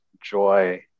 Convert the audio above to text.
joy